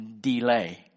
delay